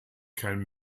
kein